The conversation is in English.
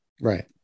Right